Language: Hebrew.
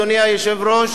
אדוני היושב-ראש,